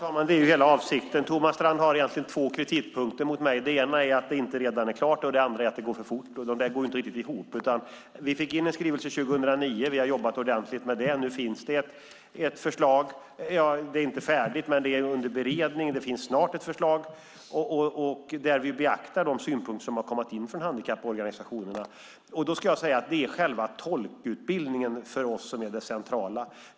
Fru talman! Det är hela avsikten. Thomas Strand har egentligen två kritikpunkter mot mig. Den ena är att det inte redan är klart, och den andra är att det går för fort. De går inte riktigt ihop. Vi fick in en skrivelse 2009. Vi har jobbat ordentligt med den, och nu finns det ett förslag - det är inte färdigt, men det är under beredning och är snart färdigt. Där beaktar vi de synpunkter som har kommit in från handikapporganisationerna. För oss är själva tolkutbildningen det centrala.